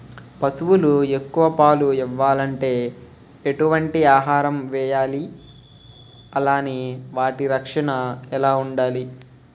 పశువులు ఎక్కువ పాలు ఇవ్వాలంటే ఎటు వంటి ఆహారం వేయాలి అలానే వాటి రక్షణ ఎలా వుండాలి?